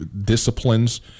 disciplines